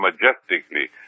majestically